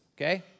Okay